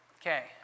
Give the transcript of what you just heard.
Okay